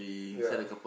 ya